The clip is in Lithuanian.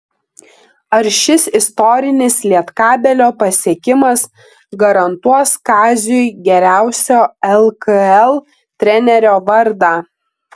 ar šis istorinis lietkabelio pasiekimas garantuos kaziui geriausio lkl trenerio vardą